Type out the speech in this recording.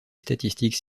statistiques